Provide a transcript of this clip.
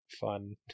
fun